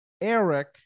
Eric